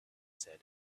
said